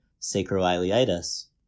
sacroiliitis